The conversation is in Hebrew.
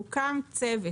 הוקם צוות